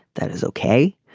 that is ok.